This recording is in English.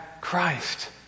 Christ